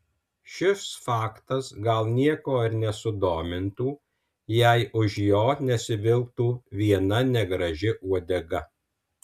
šis faktas gal nieko ir nesudomintų jei už jo nesivilktų viena negraži uodega